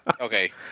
Okay